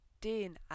den